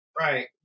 Right